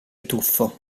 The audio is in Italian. tuffo